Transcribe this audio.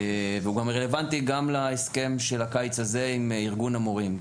והוא גם רלוונטי להסכם של הקיץ הזה עם ארגון המורים.